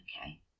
Okay